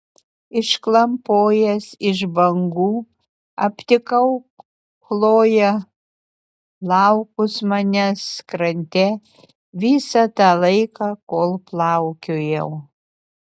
išklampojęs iš bangų aptikau chloję laukus manęs krante visą tą laiką kol plaukiojau